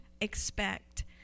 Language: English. expect